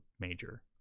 major